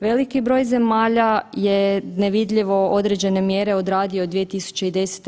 Veliki broj zemalja je nevidljivo određene mjere odradio 2010.